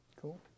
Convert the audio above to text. Cool